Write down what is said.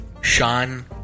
Sean